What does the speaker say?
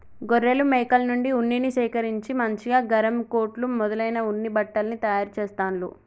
గొర్రెలు మేకల నుండి ఉన్నిని సేకరించి మంచిగా గరం కోట్లు మొదలైన ఉన్ని బట్టల్ని తయారు చెస్తాండ్లు